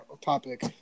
topic